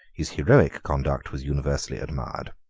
his heroic conduct was universally admired.